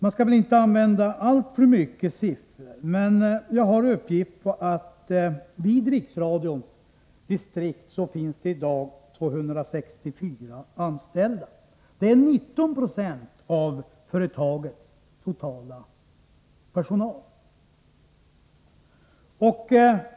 Jag skall inte använda alltför mycket siffror, men jag har uppgift på att det vid Riksradions distrikt i dag finns 264 anställda. Det är 19 90 av företagets totala personal.